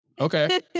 Okay